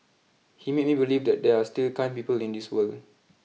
he made me believe that there are still kind people in this world